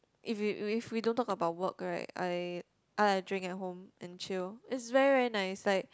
if we if we don't talk about work right I I like drink at home and chill it's very very nice like